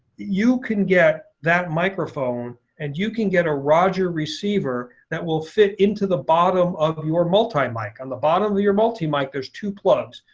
you can get that microphone and you can get a roger receiver that will fit into the bottom of your multi mic. on the bottom of your multi mic there's two plugs.